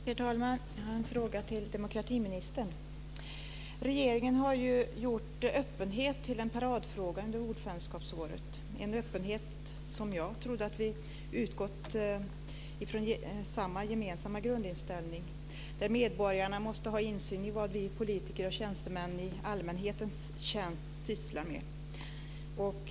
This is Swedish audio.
Herr talman! Jag har en fråga till demokratiministern. Regeringen har ju gjort öppenhet till en paradfråga under ordförandeskapsåret - en öppenhet som jag trodde utgick från samma grundinställning, att medborgarna måste ha insyn i vad vi politiker och tjänstemännen i allmänhetens tjänst sysslar med.